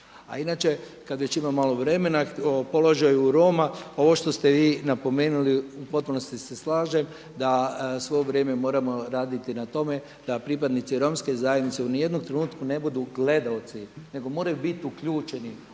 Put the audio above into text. inače kad već imam malo vremena o položaju Roma, ovo što ste vi napomenuli u potpunosti se slažem da svo vrijeme moramo raditi na tome da pripadnici romske zajednice u ni jednom trenutku ne budu gledaoci, nego moraju bit uključeni,